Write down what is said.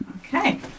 Okay